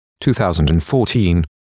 2014